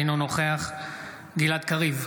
אינו נוכח גלעד קריב,